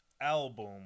album